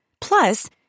Plus